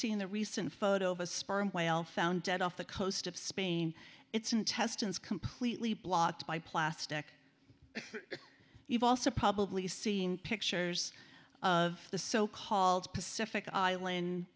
seen the recent photo of a sperm whale found dead off the coast of spain it's intestines completely blocked by plastic you've also probably seeing pictures of the so called pacific island